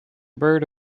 bird